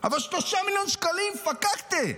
אבל 3 מיליון שקלים פקקטה?